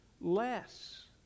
less